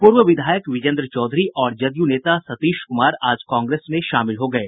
पूर्व विधायक विजेन्द्र चौधरी और जदयू नेता सतीश कुमार आज कांग्रेस में शामिल हो गये